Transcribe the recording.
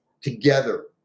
together